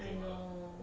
I know